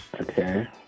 Okay